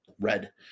red